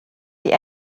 die